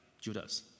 Judas